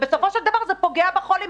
בסופו של דבר זה פוגע בחולים,